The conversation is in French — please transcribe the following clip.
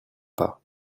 pas